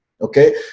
Okay